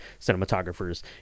cinematographers